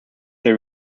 they